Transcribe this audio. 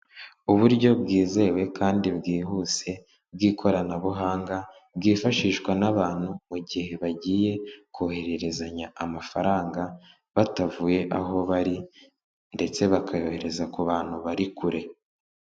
Uburyo bwizewe kandi bwihuse bw'ikoranabuhanga bwifashishwa n'abantu mu gihe bagiye kohererezanya amafaranga batavuye aho bari ndetse bakayohereza ku bantu bari kure.